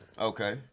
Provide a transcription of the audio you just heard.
Okay